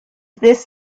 this